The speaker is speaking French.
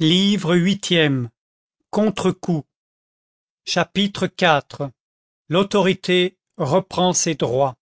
heureuse chapitre iii javert content chapitre iv l'autorité reprend ses droits